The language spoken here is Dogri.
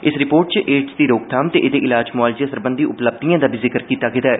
इस रिपोर्ट च एड्स दी रोकथाम ते एह्दे इलाज मुआलजे सरबंघी उपलब्धिएं दा बी जिक्र कीता गेदा ऐ